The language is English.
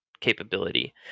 capability